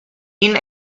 این